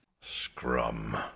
Scrum